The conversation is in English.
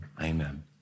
amen